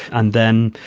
and then,